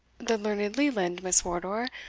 the learned leland, miss wardour,